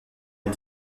est